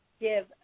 give